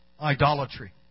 idolatry